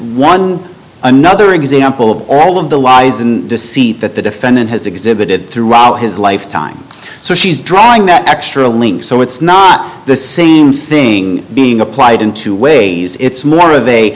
one another example of all of the lies and deceit that the defendant has exhibited throughout his lifetime so she's drawing that extra link so it's not the same thing being applied in two ways it's more of a